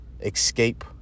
escape